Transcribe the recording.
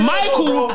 Michael